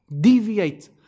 deviate